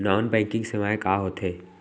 Non banking सेवाएं का होथे?